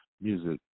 music